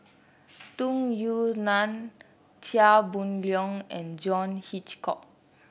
Tung Yue Nang Chia Boon Leong and John Hitchcock